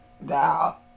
Now